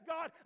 God